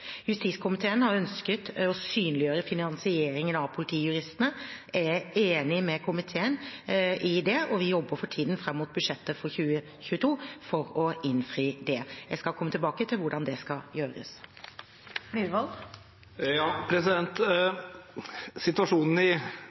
Justiskomiteen har ønsket å synliggjøre finansieringen av politijuristene. Jeg er enig med komiteen i det, og vi jobber for tiden frem mot budsjettet for 2022 for å innfri det. Jeg skal komme tilbake til hvordan det skal gjøres. Situasjonen i Øst politidistrikt er dessverre ikke unik. Både i